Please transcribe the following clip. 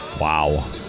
Wow